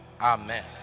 Amen